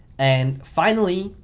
and finally,